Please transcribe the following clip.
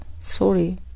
sorry